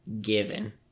given